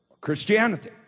Christianity